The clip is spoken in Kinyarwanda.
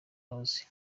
house